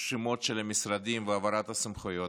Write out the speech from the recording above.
שמות של המשרדים והעברת הסמכויות.